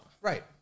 Right